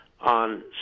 on